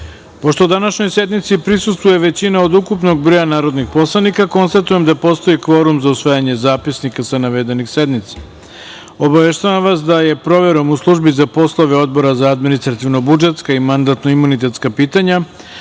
današnjoj sednici prisustvuje većina od ukupnog broja narodnih poslanika, konstatujem da postoji kvorum za usvajanje zapisnika sa navedenih sednica. Obaveštavam vas da je proverom u službi za poslove Odbora za administrativno-budžetska i mandatno- imunitetska pitanja